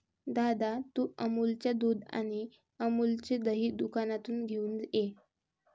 दादा, तू अमूलच्या दुध आणि अमूलचे दही दुकानातून घेऊन ये